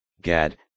Gad